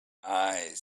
eyes